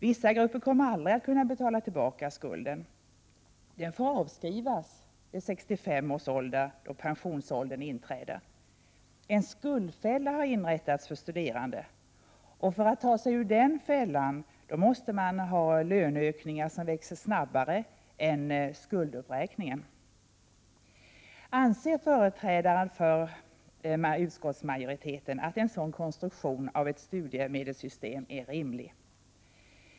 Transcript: Vissa grupper kommer aldrig att kunna betala tillbaka skulden. Den får avskrivas vid 65 års ålder, då pension inträder. En skuldfälla har inrättas för studerande. För att ta sig ur den fällan måste man ha löneökningar som växer snabbare än skulduppräkningen. Anser företrädare för utskottsmajoriteten att en sådan konstruktion av ett studiemedelssystem är rimlig?